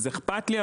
אז אכפת לי,